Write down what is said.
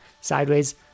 sideways